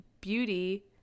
beauty